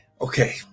okay